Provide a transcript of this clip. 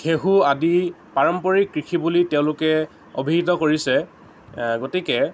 ঘেঁহু আদি পাৰম্পৰিক কৃষি বুলি তেওঁলোকে অভিহিত কৰিছে গতিকে